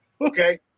Okay